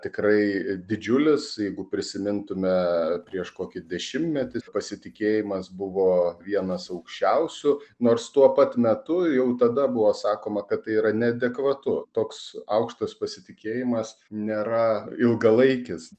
tikrai didžiulis jeigu prisimintume prieš kokį dešimtmetį pasitikėjimas buvo vienas aukščiausių nors tuo pat metu jau tada buvo sakoma kad tai yra neadekvatu toks aukštas pasitikėjimas nėra ilgalaikis